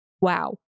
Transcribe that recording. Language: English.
wow